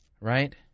Right